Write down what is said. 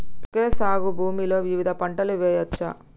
Okay సాగు భూమిలో వివిధ పంటలు వెయ్యచ్చా?